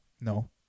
No